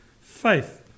faith